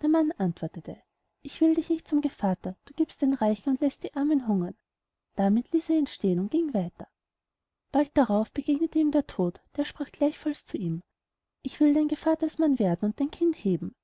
der mann antwortete ich will dich nicht zum gevatter du giebst den reichen und läßt die armen hungern damit ließ er ihn stehen und ging weiter bald darauf begegnet ihm der tod der sprach gleichfalls zu ihm ich will dein gevattersmann werden und dein kind heben